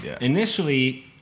initially